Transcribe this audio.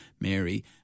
Mary